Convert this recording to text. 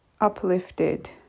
uplifted